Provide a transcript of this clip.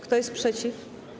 Kto jest przeciw?